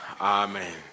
Amen